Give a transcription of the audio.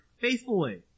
faithfully